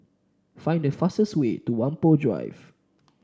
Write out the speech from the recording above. find the fastest way to Whampoa Drive